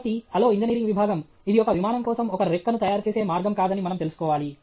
కాబట్టి hello engineering విభాగం ఇది ఒక విమానం కోసం ఒక రెక్కను తయారుచేసే మార్గం కాదని మనం తెలుసుకోవాలి